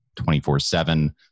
24-7